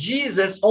Jesus